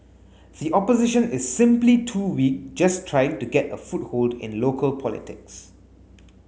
the opposition is simply too weak just trying to get a foothold in local politics